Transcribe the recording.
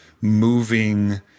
moving